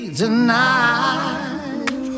tonight